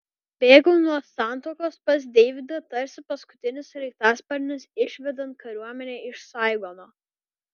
bėgau nuo santuokos pas deividą tarsi paskutinis sraigtasparnis išvedant kariuomenę iš saigono